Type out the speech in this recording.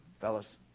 fellas